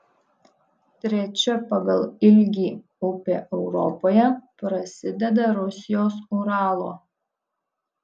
trečia pagal ilgį upė europoje prasideda rusijos uralo